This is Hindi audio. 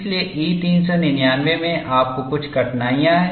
इसलिए E 399 में आपको कुछ कठिनाइयाँ हैं